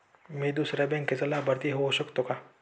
मी दुसऱ्या बँकेचा लाभार्थी होऊ शकतो का?